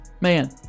man